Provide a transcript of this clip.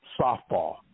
softball